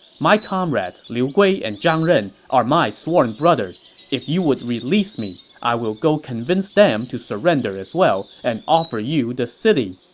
my comrades liu gui and zhang ren are my sworn brothers. if you would release me, i will go convince them to surrender as well and offer you the city.